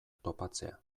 topatzea